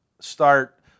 start